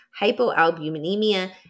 hypoalbuminemia